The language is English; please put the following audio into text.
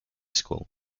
school